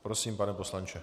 Prosím, pane poslanče.